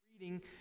Reading